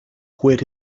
quit